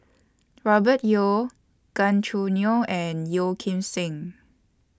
Robert Yeo Gan Choo Neo and Yeo Kim Seng